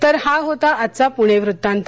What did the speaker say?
तर हा होता आजचा पुणे वृत्तांत